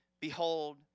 behold